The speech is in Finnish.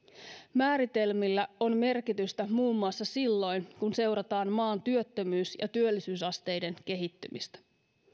määritelmillä on merkitystä muun muassa silloin kun seurataan maan työttömyys ja työllisyysasteiden kehittymistä